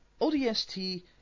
ODST